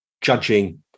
judging